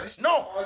no